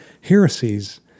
heresies